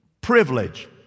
privilege